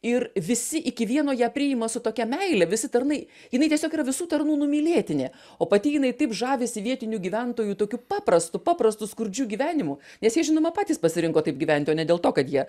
ir visi iki vieno ją priima su tokia meile visi tarnai jinai tiesiog yra visų tarnų numylėtinė o pati jinai taip žavisi vietinių gyventojų tokiu paprastu paprastu skurdžiu gyvenimu nes jie žinoma patys pasirinko taip gyventi o ne dėl to kad jie